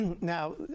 Now